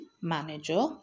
manager